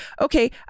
okay